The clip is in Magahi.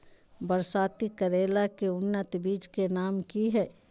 बरसाती करेला के उन्नत बिज के नाम की हैय?